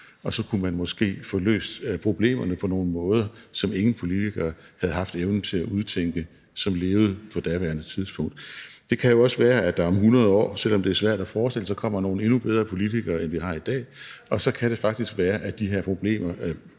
og så kunne man måske får løst problemerne på nogle måder, som ingen politikere, som levede på daværende tidspunkt, havde haft evnen til at udtænke. Det kan jo også være, at der om 100 år – selv om det er svært at forestille sig – kommer nogle endnu bedre politikere, end vi har i dag, og så kan det faktisk være, at de her problemer